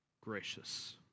gracious